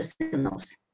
signals